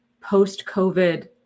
post-COVID